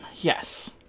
Yes